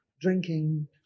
drinking